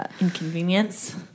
inconvenience